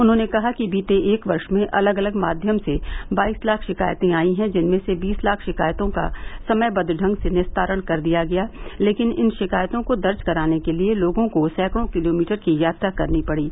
उन्होंने कहा कि बीते एक वर्ष में अलग अलग माध्यम से बाईस लाख सिकायतें आयी हैं जिनमें से बीस लाख शिकायतों का समयबद्व ढंग से निस्तारण कर दिया गया लेकिन इन शिकायतों को दर्ज कराने के लिये लोगों को सैकड़ों किलोमीटर की यात्रा करनी पड़ी